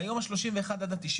מהיום ה-31 עד ה-90,